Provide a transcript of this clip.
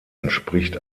entspricht